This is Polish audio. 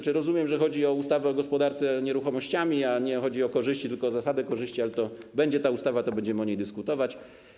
Rozumiem, że chodzi o ustawę o gospodarce nieruchomościami, nie chodzi o korzyści, tylko o zasadę korzyści, ale będzie ta ustawa, to będziemy o niej dyskutować.